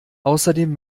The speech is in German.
außerdem